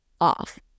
off